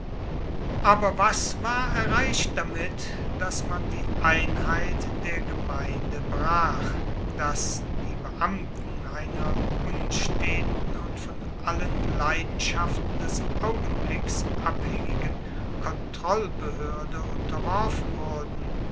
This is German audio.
aber was war erreicht damit dass man die einheit der gemeinde brach dass die beamten einer unsteten und von allen leidenschaften des augenblicks abhaengigen kontrollbehoerde unterworfen wurden